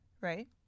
right